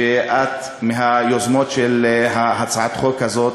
שאת מהיוזמות של הצעת החוק הזאת.